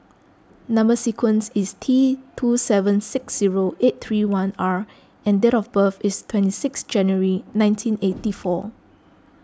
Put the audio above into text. Number Sequence is T two seven six zero eight three one R and date of birth is twenty six January nineteen eight four